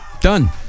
Done